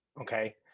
Okay